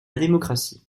démocratie